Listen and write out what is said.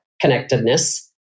connectedness